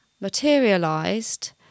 materialized